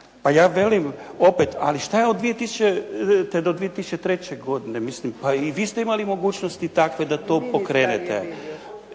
s ljudima. Ali što je od 2000. do 2003. godine? Pa i vi ste imali mogućnosti takve da to pokrenete.